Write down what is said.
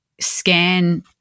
scan